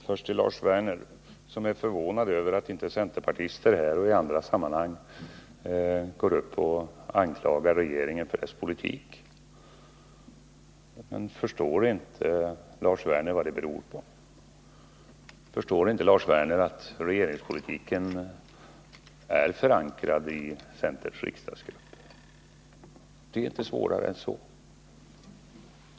Herr talman! Först till Lars Werner, som är förvånad över att inte centerpartister här och i andra sammanhang går upp och anklagar regeringen för dess politik. Men förstår inte Lars Werner vad det beror på? Förstår inte Lars Werner att regeringspolitiken är förankrad i centerns riksdagsgrupp. Det är inte svårare än så.